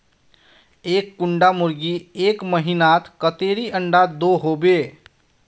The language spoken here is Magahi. एक कुंडा मुर्गी एक महीनात कतेरी अंडा दो होबे?